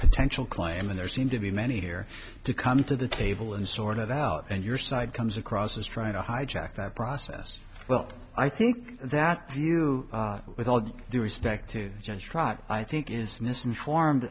potential claim and there seem to be many here to come to the table and sort it out and your side comes across as trying to hijack that process well i think that view with all due respect to just trot i think is misinformed